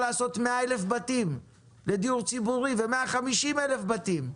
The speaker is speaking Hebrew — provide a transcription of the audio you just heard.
לעשות 100,000 בתים לדיור ציבורי ו-150,000 בתים.